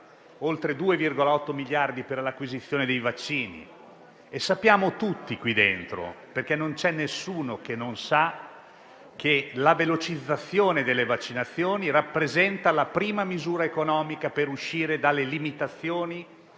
oltre 2,8 miliardi per l'acquisizione dei vaccini e sappiamo tutti qui dentro - non c'è nessuno che non lo sa - che la velocizzazione delle vaccinazioni rappresenta la prima misura economica per uscire dalle limitazioni